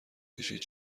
کشید